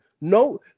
no